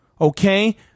Okay